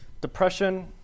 depression